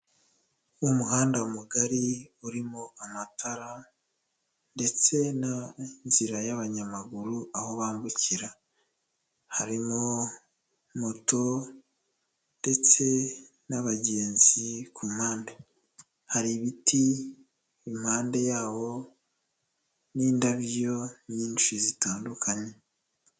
Umuhanda mugari urimo amatara ndetse n'inzira y'abanyamaguru aho bambukira. Harimo moto ndetse n'abagenzi ku mpande, hari ibiti impande yawo n'indabyo nyinshi zitandukanye.